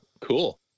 cool